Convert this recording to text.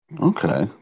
Okay